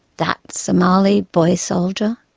that somali boy-soldier?